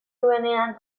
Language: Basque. duenean